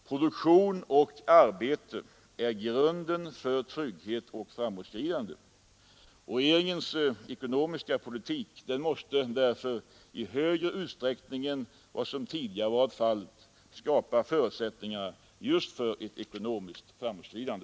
Produktion och arbete är grunden för trygghet och framåtskridande, och regeringens ekonomiska politik måste därför i högre utsträckning än vad som tidigare varit fallet skapa förutsättningar just för ett ekonomiskt framåtskridande.